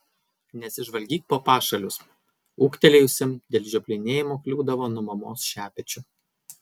nesižvalgyk po pašalius ūgtelėjusiam dėl žioplinėjimo kliūdavo nuo mamos šepečiu